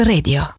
Radio